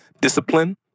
Discipline